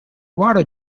water